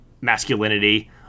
masculinity